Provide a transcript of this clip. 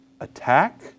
attack